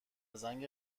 زنگ